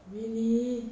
really